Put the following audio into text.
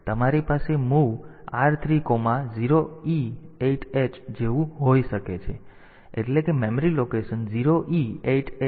તેથી તમારી પાસે MOV R30E8h જેવું હોઈ શકે છે એટલે કે મેમરી લોકેશન 0E8h ની સામગ્રી રજીસ્ટર R3 પર આવશે